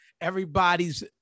everybody's